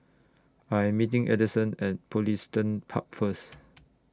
I Am meeting Adison At Pugliston Park First